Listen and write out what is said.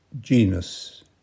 genus